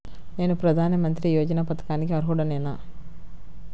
నేను ప్రధాని మంత్రి యోజన పథకానికి అర్హుడ నేన?